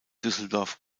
düsseldorf